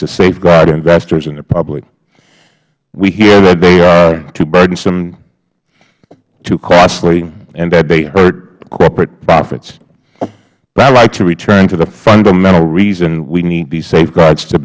to safeguard investors in the public we hear that they are too burdensome too costly and that they hurt corporate profits i'd like to return to the fundamental reason we need these safeguards to